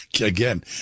Again